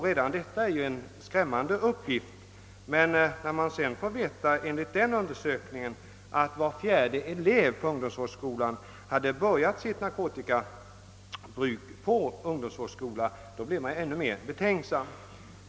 Redan detta är en skrämmande uppgift, men när man sedan får veta att enligt den undersökningen var fjärde elev på ungdomsvårds skola hade börjat sitt narkotikamissbruk på ungdomsvårdsskolan, blir man ännu mer betänksam.